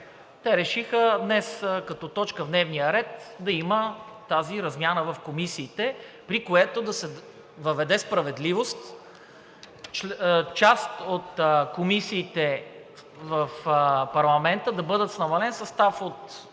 те решиха днес като точка в дневния ред да има тази размяна в комисиите, при което да се въведе справедливост – част от комисиите в парламента да бъдат с намален състав,